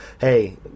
hey